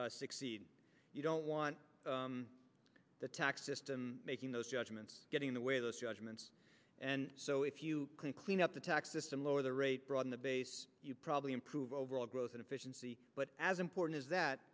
succeed you don't want the tax system making those judgments getting in the way those judgments and so if you clean up the tax system lower the rate broaden the base you probably improve overall growth and efficiency but as important as that